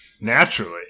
Naturally